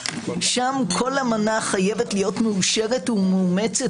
שם כל אמנה חייבת להיות מאושרת ומאומצת